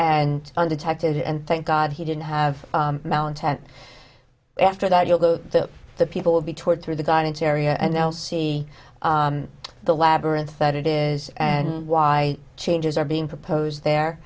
and undetected and thank god he didn't have malintent after that you'll go to the people will be tore through the gun into area and they'll see the labyrinth that it is and why changes are being proposed there